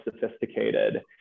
sophisticated